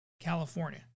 California